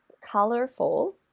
colorful